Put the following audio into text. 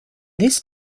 this